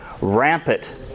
rampant